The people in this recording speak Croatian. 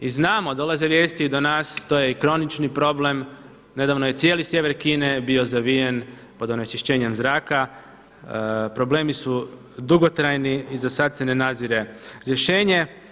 I znamo, dolaze vijesti i do nas, to je i kronični problem, nedavno je cijeli sjever Kine bio zavijen pod onečišćenjem zraka, problemi su dugotrajni i za sada se ne nadzire rješenje.